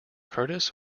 curtis